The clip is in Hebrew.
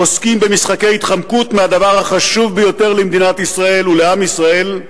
עוסקים במשחקי התחמקות מהדבר החשוב ביותר למדינת ישראל ולעם ישראל,